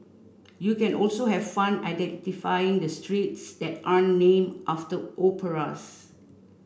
you can also have fun identifying the streets that are name after operas